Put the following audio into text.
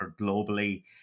globally